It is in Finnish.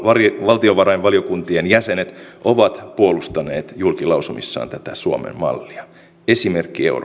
valtiovarainvaliokuntien jäsenet ovat puolustaneet julkilausumissaan tätä suomen mallia esimerkki euroopalle